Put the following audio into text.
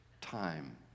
time